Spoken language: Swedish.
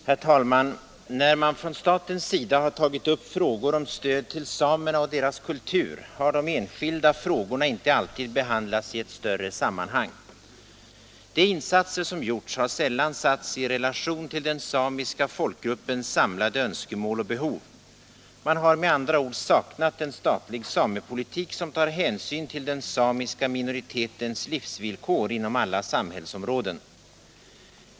Herr talman! När man från statens sida har tagit upp frågor om stöd till samerna och deras kultur. har de enskilda frågorna inte alltid behandlats i ett större sammanhang. De insatser som gjorts har sällan satts i relation till den samiska folkgruppens samlade önskemål och behov. Man har med andra ord saknat en statlig samepolitik, som tar hänsyn till den samiska minoritetens livsvillkor inom alla samhällsområden.